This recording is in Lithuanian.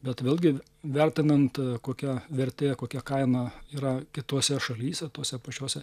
bet vėlgi vertinant kokia vertė kokia kaina yra kitose šalyse tose pačiose